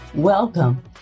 Welcome